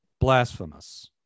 blasphemous